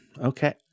okay